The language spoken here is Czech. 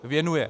Věnuje.